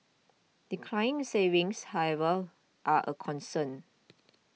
declining savings however are a concern